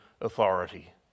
authority